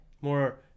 more